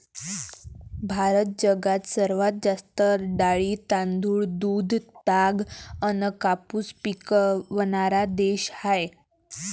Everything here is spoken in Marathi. भारत जगात सर्वात जास्त डाळी, तांदूळ, दूध, ताग अन कापूस पिकवनारा देश हाय